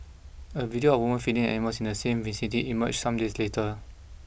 a video of a woman feeding the animals in the same vicinity emerged some days later